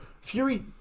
Fury